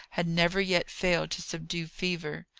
had never yet failed to subdue fever.